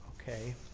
Okay